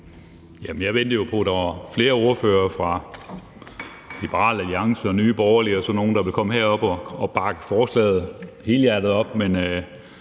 Jeg ventede jo på, at der var flere ordførere, fra Liberal Alliance og Nye Borgerlige og sådan nogle, der ville komme herop og bakke forslaget helhjertet op,